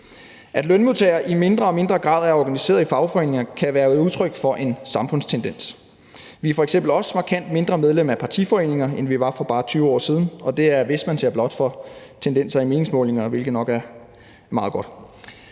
At lønmodtagere i mindre og mindre grad er organiseret i fagforeninger, kan være et udtryk for en samfundstendens. Vi er f.eks. også i markant mindre grad medlem af partiforeninger, end vi var for bare 20 år siden, og det er, hvis man ser bort fra tendenser i meningsmålinger, hvilket nok er meget godt.